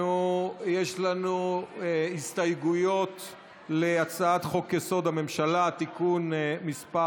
יש לנו הסתייגויות להצעת חוק-יסוד: הממשלה (תיקון מס'